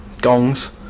gongs